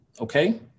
Okay